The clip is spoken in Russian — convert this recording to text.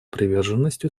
приверженность